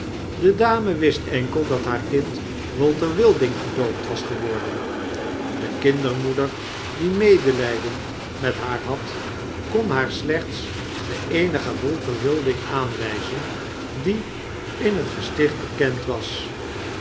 de dame wist enkel dat haar kind walter wilding gedoopt was geworden de kindermoeder die medelyden met haar had kon haar slechts den eenigen walter wilding aanwyzen die in het gesticht bekerd was